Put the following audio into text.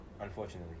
Unfortunately